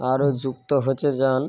আরও যুক্ত হতে চান